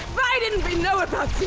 vy didn't we know about